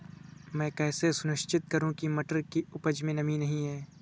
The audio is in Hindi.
मैं कैसे सुनिश्चित करूँ की मटर की उपज में नमी नहीं है?